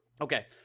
Okay